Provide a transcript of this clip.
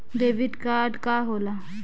Debit card का होला?